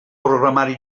programari